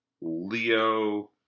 Leo